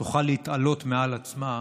תוכל להתעלות מעל עצמה,